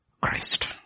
Christ